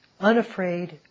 unafraid